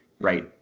right